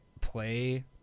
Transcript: play